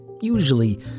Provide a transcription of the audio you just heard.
Usually